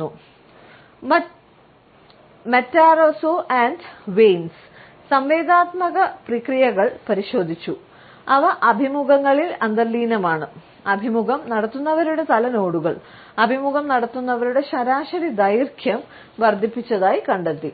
node സംവേദനാത്മക പ്രക്രിയകൾ പരിശോധിച്ചു അവ അഭിമുഖങ്ങളിൽ അന്തർലീനമാണ് അഭിമുഖം നടത്തുന്നവരുടെ തല നോഡുകൾ അഭിമുഖം നടത്തുന്നവരുടെ ശരാശരി ദൈർഘ്യം വർദ്ധിപ്പിച്ചതായി കണ്ടെത്തി